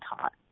taught